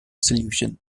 solution